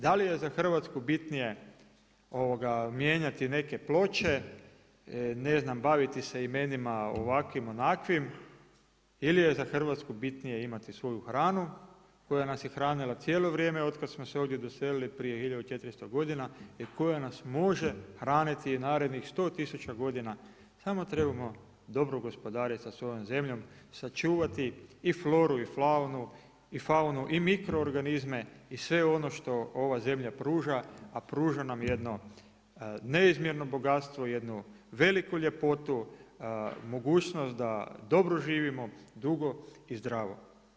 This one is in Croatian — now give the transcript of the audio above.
Da li je za Hrvatsku bitnije mijenjati neke ploče, ne znam baviti se imenima ovakvim, onakvim ili je za Hrvatsku bitnije imati svoju hranu koja nas je hranila cijelo vrijeme otkada smo se ovdje doselili prije 1400 godina i koja nas može hraniti i narednih 100 tisuća godina samo trebamo dobro gospodariti sa svojom zemljom sačuvati i floru i faunu i mikroorganizme i sve ono što ova zemlja pruža a pruža nam jedno neizmjerno bogatstvo, jednu veliku ljepotu, mogućnost da dobro živimo dugo i zdravo.